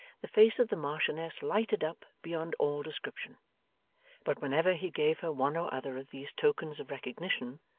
the face of the marchioness lighted up beyond all description but whenever he gave her one or other of these tokens of recognition,